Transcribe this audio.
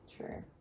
True